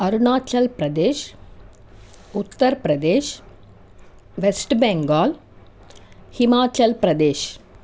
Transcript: Arunachal Pradesh Uttar Pradesh west Bengal Himachal Pradesh